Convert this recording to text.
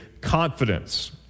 confidence